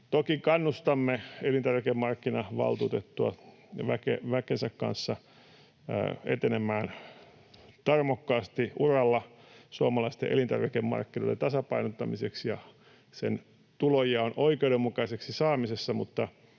Toki kannustamme elintarvikemarkkinavaltuutettua väkensä kanssa etenemään tarmokkaasti uralla suomalaisten elintarvikemarkkinoiden tasapainottamiseksi ja tulonjaon oikeudenmukaiseksi saamisessa,